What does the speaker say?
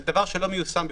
זה דבר שלא מיושם בכלל.